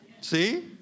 See